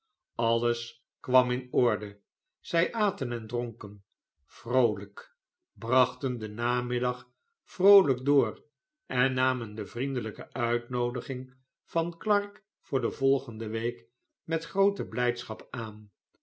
alles kwam in orde zij aten en dronken vroolijk brachten den namiddag vroolijk door en namen de vriendelijke uitnoodiging van clarke voor de volgende week met groote blijdschap aan